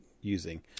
using